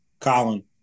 Colin